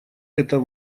это